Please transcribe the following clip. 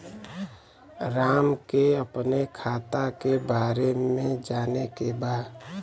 राम के अपने खाता के बारे मे जाने के बा?